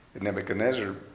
Nebuchadnezzar